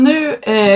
nu